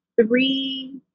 three